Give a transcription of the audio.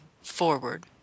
forward